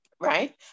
right